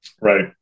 Right